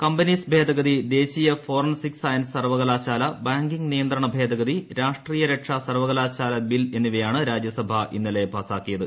companies ഭേദഗതി ദേശീയ forensic science സർവകലാശാല ബാങ്കിംഗ് നിയന്ത്രണ ഭേദഗതി രാഷ്ട്രീയരക്ഷാ സർവകലാശാല ബിൽ എന്നിവയാണ് രാജ്യസഭ ഇന്നലെ പാസാക്കിയത്